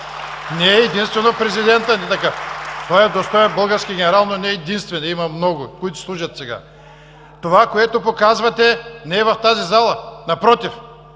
Не е единствено президентът! Той е достоен български генерал, но не е единствен, има много, които служат сега. Това, което показвате, не е в тази зала, напротив.